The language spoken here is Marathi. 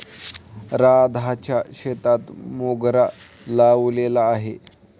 राधाच्या शेतात मोगरा लावलेला आहे